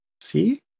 See